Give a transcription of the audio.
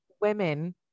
women